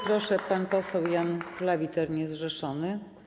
Proszę, pan poseł Jan Klawiter, niezrzeszony.